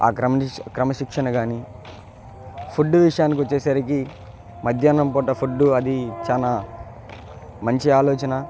ఆ క్రమశిక్షణ కానీ ఫుడ్డు విషయానికి వచ్చేసరికి మధ్యాహ్నం పూట ఫుడ్డు అదీ చాలా మంచి ఆలోచన